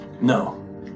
No